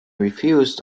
refused